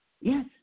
Yes